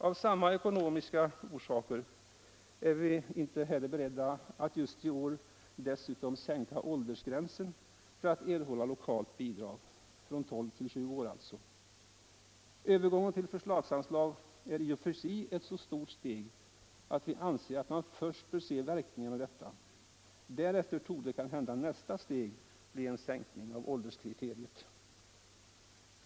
Av samma ekonomiska orsaker är vi inte heller beredda att just i år dessutom sänka åldersgränsen från 12 till 7 år för att erhålla lokalt bidrag. Övergången till förslagsanslag är ett så stort steg, att vi anser att man först bör se verkningarna av detta. Därför torde kanhända nästa steg bli en sänkning av ålderskriteriet.